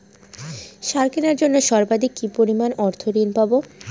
সার কেনার জন্য সর্বাধিক কি পরিমাণ অর্থ ঋণ পাব?